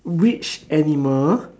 which animal